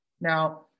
Now